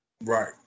Right